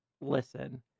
listen